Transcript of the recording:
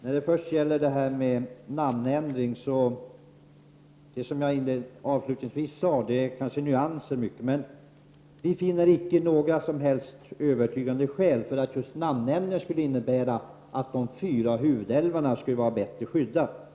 Fru talman! Först till namnändringen. Det som jag avslutningsvis sade rörde sig kanske mycket om nyanser. Vi finner alltså inte några som helst övertygande skäl för att just namnändringen skulle innnebära att de fyra huvudälvarna skulle bli bättre skyddade.